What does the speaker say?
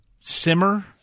simmer